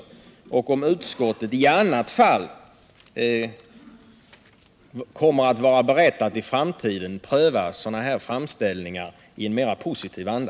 Kommer utskottet i annat fall att i framtiden vara berett att pröva sådana här framställningar i en mera positiv anda?